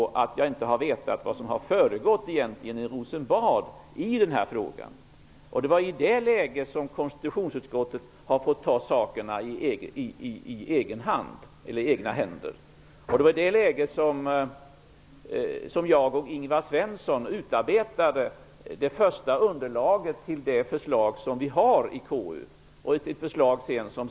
Jag har inte vetat vad som egentligen har skett i Rosenbad i den här frågan. Det var i det läget som konstitutionsutskottet tog saken i egna händer. Det var i det läget som jag och Ingvar Svensson utarbetade det första underlaget till det förslag som vi nu har i KU.